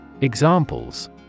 Examples